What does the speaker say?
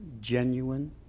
genuine